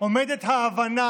עומדת ההבנה